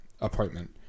appointment